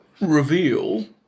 reveal